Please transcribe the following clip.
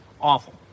Awful